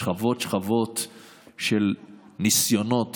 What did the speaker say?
שכבות-שכבות של ניסיונות